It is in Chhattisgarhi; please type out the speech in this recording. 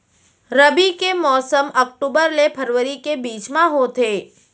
रबी के मौसम अक्टूबर ले फरवरी के बीच मा होथे